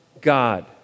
God